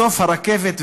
בסוף הרכבת,